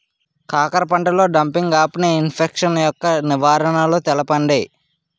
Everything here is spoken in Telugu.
కాకర పంటలో డంపింగ్ఆఫ్ని ఇన్ఫెక్షన్ యెక్క నివారణలు తెలపండి?